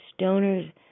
stoners